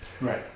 Right